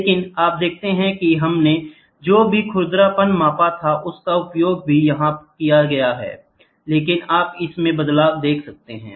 लेकिन आप देखते हैं कि हमने जो भी खुरदरापन मापा था उसका उपयोग भी यहाँ किया जाता है लेकिन आप इसमें बदलाव देखते हैं